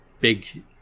big